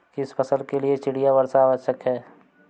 किस फसल के लिए चिड़िया वर्षा आवश्यक है?